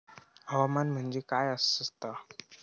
हवामान म्हणजे काय असता?